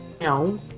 no